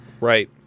Right